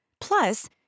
Plus